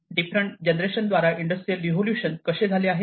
different generation द्वारे industrial revolution झाले आहे